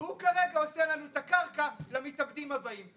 והוא כרגע עושה לנו את הקרקע למתאבדים הבאים.